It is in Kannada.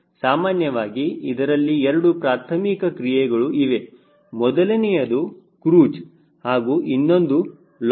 ಸಾಮಾನ್ಯವಾಗಿ ಇದರಲ್ಲಿ ಎರಡು ಪ್ರಾರ್ಥಮಿಕ ಕ್ರಿಯೆಗಳು ಇವೆ ಮೊದಲನೆಯದು ಕ್ರೂಜ್ ಹಾಗೂ ಇನ್ನೊಂದು ಲೊಯ್ಟ್ಟೆರ್